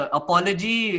apology